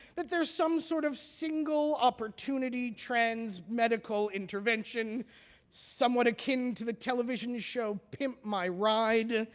that there's some sort of single opportunity trans medical intervention somewhat akin to the television show pimp my ride